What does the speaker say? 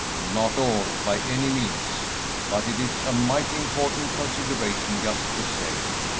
not all, by any means but it's a mighty important consideration, just the same.